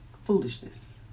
Foolishness